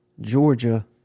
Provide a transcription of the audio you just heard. Georgia –